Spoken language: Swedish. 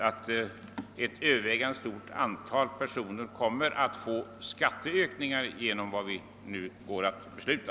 Ett övervägande antal personer kommer alltså att få skatteökningar genom vad vi nu går att besluta.